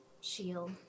Shield